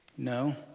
No